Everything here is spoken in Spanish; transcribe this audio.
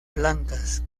blancas